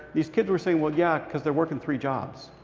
these kids were saying, well, yeah, because they're working three jobs.